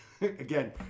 again